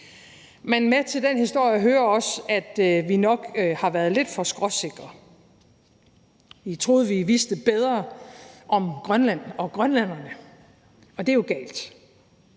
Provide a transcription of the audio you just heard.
Men med til den historie hører også, at vi nok har været lidt for skråsikre. Vi troede, vi vidste bedre om Grønland og grønlænderne, og det er jo galt.